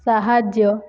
ସାହାଯ୍ୟ